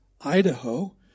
Idaho